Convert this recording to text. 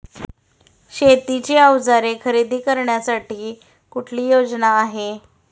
शेतीची अवजारे खरेदी करण्यासाठी कुठली योजना आहे?